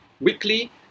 weekly